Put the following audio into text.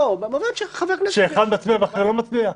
לא --- שאחד מצביע ואחר לא מצביע?